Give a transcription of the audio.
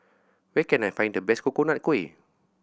where can I find the best Coconut Kuih